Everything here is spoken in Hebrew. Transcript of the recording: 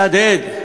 וזה יהדהד,